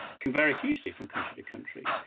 can vary hugely from country to country.